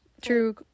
True